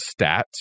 stats